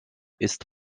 ist